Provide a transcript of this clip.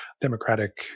Democratic